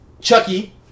Chucky